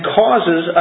causes